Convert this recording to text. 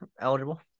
eligible